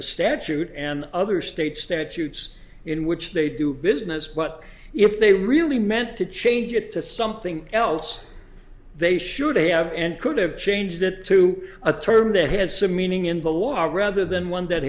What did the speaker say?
the statute and other state statutes in which they do business but if they really meant to change it to something else they should have and could have changed that to a term that has some meaning in the law rather than one that